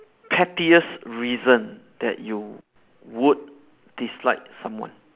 pettiest reason that you would dislike someone